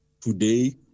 today